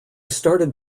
started